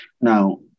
now